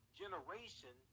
generation